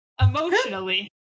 Emotionally